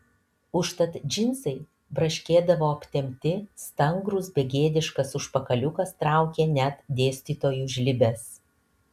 užtat džinsai braškėdavo aptempti stangrus begėdiškas užpakaliukas traukė net dėstytojų žlibes